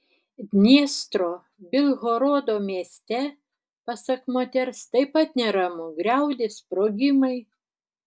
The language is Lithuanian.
dniestro bilhorodo mieste pasak moters taip pat neramu griaudi sprogimai